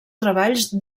treballs